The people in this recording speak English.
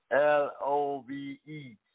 L-O-V-E